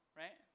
right